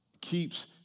Keeps